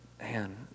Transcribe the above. man